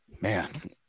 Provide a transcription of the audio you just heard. Man